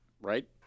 Right